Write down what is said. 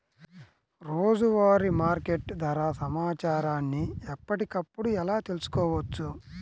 రోజువారీ మార్కెట్ ధర సమాచారాన్ని ఎప్పటికప్పుడు ఎలా తెలుసుకోవచ్చు?